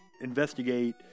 investigate